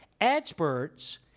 Experts